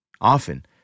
Often